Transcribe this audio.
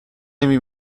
نمی